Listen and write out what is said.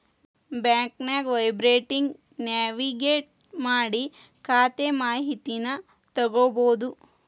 ಬ್ಯಾಂಕ್ನ ವೆಬ್ಸೈಟ್ಗಿ ನ್ಯಾವಿಗೇಟ್ ಮಾಡಿ ಖಾತೆ ಮಾಹಿತಿನಾ ತಿಳ್ಕೋಬೋದು